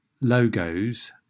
logos